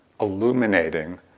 illuminating